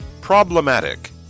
Problematic